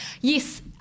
yes